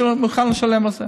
מוכן לשלם על זה.